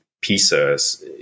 pieces